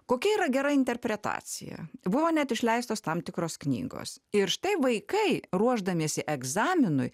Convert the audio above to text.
kokia yra gera interpretacija buvo net išleistos tam tikros knygos ir štai vaikai ruošdamiesi egzaminui